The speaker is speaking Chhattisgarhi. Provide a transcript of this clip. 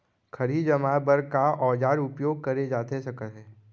खरही जमाए बर का औजार उपयोग करे जाथे सकत हे?